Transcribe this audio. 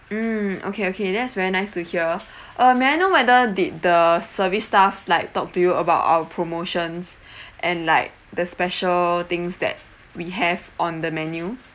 mm okay okay that's very nice to hear uh may I know whether did the service staff like talk to you about our promotions and like the special things that we have on the menu